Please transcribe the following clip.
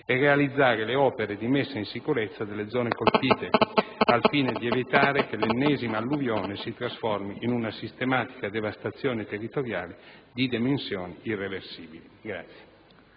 e realizzare le opere di messa in sicurezza delle zone colpite, al fine di evitare che l'ennesima alluvione si trasformi in una sistematica devastazione territoriale di dimensioni irreversibili.